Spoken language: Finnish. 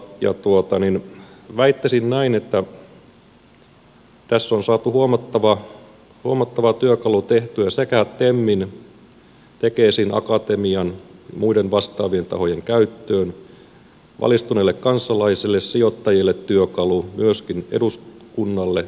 väittäisin näin että tässä on saatu huomattava työkalu tehtyä sekä temin tekesin akatemian muiden vastaavien tahojen käyttöön valistuneille kansalaisille sijoittajille työkalu myöskin eduskunnalle edustajille